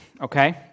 Okay